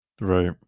Right